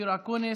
אופיר אקוניס,